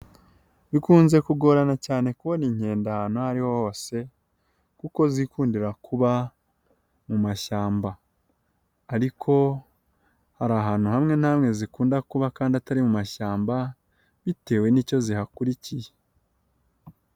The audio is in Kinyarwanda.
Bikunze kugorana cyane kubona inkenda ahantu ariho hose kuko zikundira kuba mu mashyamba, ariko hari ahantu hamwe na hamwe zikunda kuba kandi atari mu mashyamba bitewe n'icyo zihakurikiye.